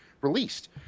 released